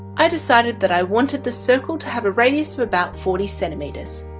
i decided that i wanted the circle to have a radius of about forty centimeters.